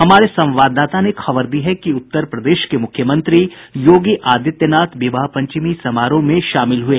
हमारे संवाददाता ने खबर दी है कि उत्तर प्रदेश के मुख्यमंत्री योगी आदित्यनाथ विवाह पंचमी समारोह में शामिल हुए